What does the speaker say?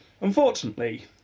unfortunately